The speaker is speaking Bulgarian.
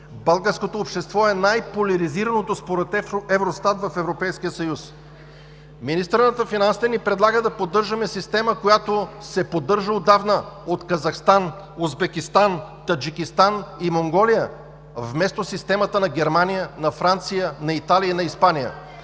българското общество е най-поляризираното в Европейския съюз. Министърът на финансите ни предлага да поддържаме система, която се поддържа отдавна от Казахстан, Узбекистан, Таджикистан и Монголия, вместо системата на Германия, на Франция, на Италия и на Испания.